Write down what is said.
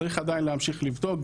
צריך עדיין להמשיך לבדוק.